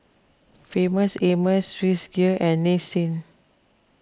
Famous Amos Swissgear and Nissin